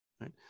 right